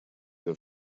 для